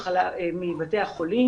אבל בהחלט בהתחלה האימהות הרגישו יותר עטופות.